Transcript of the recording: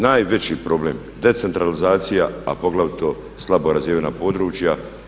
Najveći problem decentralizacija, a poglavito slabo razvijena područja.